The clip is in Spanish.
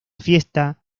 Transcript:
fiesta